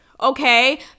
Okay